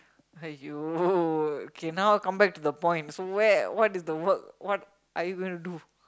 !aiyo! okay now come back to the point so where what is the work what are you going to do